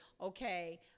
okay